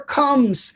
comes